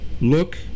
Look